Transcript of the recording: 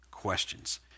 questions